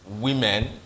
women